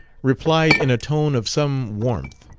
replied in a tone of some warmth.